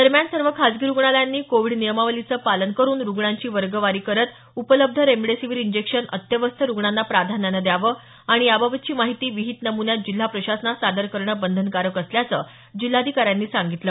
दरम्यान सर्व खासगी रुग्णालयांनी कोविड नियमावलीचं पालन करुन रुग्णांची वर्गवारी करत उपलब्ध रेमडेसिवीर इंजेक्शन अत्यवस्थ रुग्णांना प्राधान्यानं द्यावं आणि याबाबतची माहिती विहित नमुन्यात जिल्हा प्रशासनास सादर करणं बंधनकारक असल्याचं जिल्हाधिकाऱ्यांनी सांगितलं